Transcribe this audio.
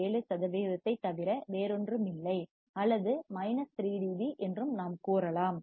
7 சதவிகிதத்தைத் தவிர வேறொன்றுமில்லை அல்லது மைனஸ் 3 டிபி என்றும் நாம் கூறலாம்